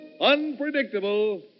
unpredictable